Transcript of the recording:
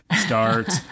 start